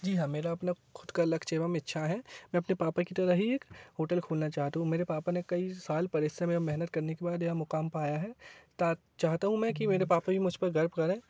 जी हाँ मेरा अपना खुद का लक्ष्य एवं इच्छा है मैं अपने पापा कि तरह ही एक होटल खोलना चाहता हूँ मेरे पापा ने कई साल परिश्रम या मेहनत करने के बाद यह मुकाम पाया है चाहता हूँ मैं कि मेरे पापा भी मुझ पर गर्व करें